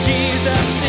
Jesus